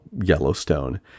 Yellowstone